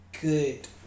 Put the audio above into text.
good